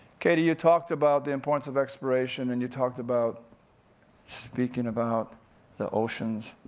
katy, you talked about the importance of exploration, and you talked about speaking about the oceans.